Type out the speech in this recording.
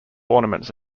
ornaments